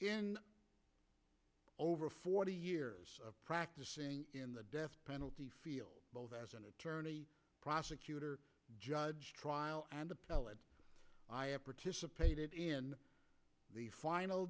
in over forty years of practicing in the death penalty field as an attorney prosecutor judge trial and appellate participated in the final